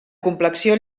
complexió